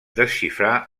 desxifrar